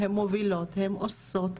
הן מובילות, הן עושות.